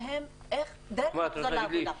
הם הוצאו לחל"ת או פוטרו ואין להם דרך לחזור לעבודה.